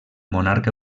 monarca